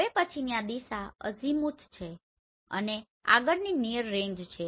હવે પછીની આ દિશામાં અઝીમુથ છે અને આગળની નીઅર રેન્જ છે